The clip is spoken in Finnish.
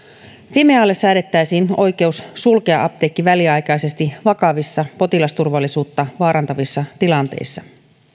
fimealle säädettäisiin oikeus sulkea apteekki väliaikaisesti vakavissa potilasturvallisuutta vaarantavissa tilanteissa